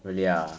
really ah